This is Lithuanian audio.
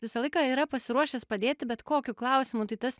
visą laiką yra pasiruošęs padėti bet kokiu klausimu tai tas